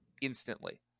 instantly